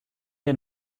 der